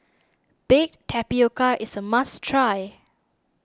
Baked Tapioca is a must try